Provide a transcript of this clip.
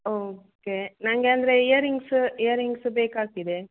okay ನನಗೆ ಅಂದರೆ earrings ಇಯರಿಂಗ್ಸೂ ಬೇಕಾಗ್ತಿದೆ